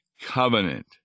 covenant